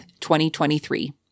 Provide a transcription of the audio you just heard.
2023